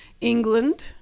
England